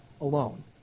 alone